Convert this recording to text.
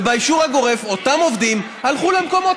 ובאישור הגורף אותם עובדים הלכו למקומות